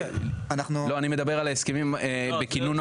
לא אני מדבר על ההסכמים בקינון הקואליציה.